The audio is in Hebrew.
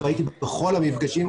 והייתי בכל המפגשים.